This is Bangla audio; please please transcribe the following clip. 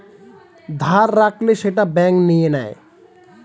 ধার রাখলে সেটা ব্যাঙ্ক নিয়ে নেয়